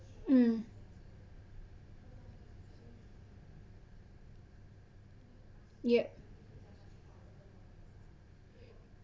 mm yep